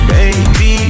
Baby